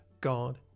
God